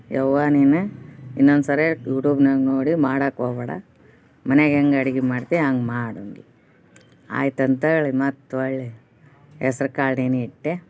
ಅವ್ವಾ ನೀನು ಇನ್ನೊಂದು ಸಾರೆ ಯುಟ್ಯೂಬ್ನ್ಯಾಗ ನೋಡಿ ಮಾಡಕ್ಕೆ ಹೋಗ್ಬೇಡ ಮನ್ಯಾಗ ಹೆಂಗ್ ಅಡ್ಗೆ ಮಾಡ್ತೀಯ ಹಂಗ್ ಮಾಡು ಅಂದ್ಳು ಆಯ್ತು ಅಂತೇಳಿ ಮತ್ತೆ ಹೊಳ್ಳಿ ಹೆಸ್ರ್ ಕಾಳು ನೆನೆ ಇಟ್ಟೆ